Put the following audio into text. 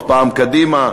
פעם קדימה,